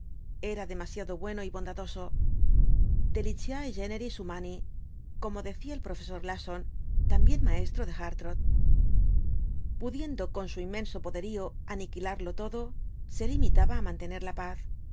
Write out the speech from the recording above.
era demasiado bueno y bondadoso delicice generis humani como decía el profesor lasson también maestro de hartrott pudiendo con su inmenso poderío aniquilarlo todo se limitaba á mantener la paz